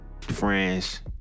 friends